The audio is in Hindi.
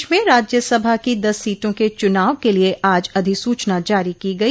प्रदेश में राज्यसभा की दस सीटों के चुनाव के लिए आज अधिसूचना जारी की गई